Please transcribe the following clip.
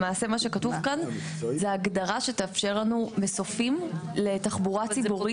למעשה מה שכתוב כאן זה הגדרה שתאפשר לנו מסופים לתחבורה ציבורית.